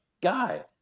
guy